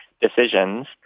decisions